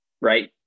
right